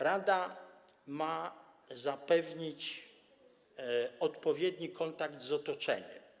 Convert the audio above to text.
Rada ma zapewnić odpowiedni kontakt z otoczeniem.